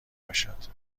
باشد